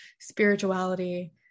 spirituality